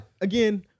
again